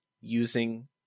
using